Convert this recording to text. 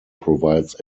provides